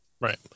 Right